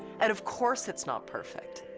and of course it's not perfect.